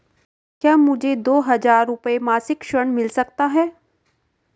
क्या मुझे दो हज़ार रुपये मासिक ऋण मिल सकता है?